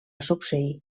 succeir